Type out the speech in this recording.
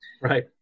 right